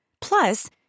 Plus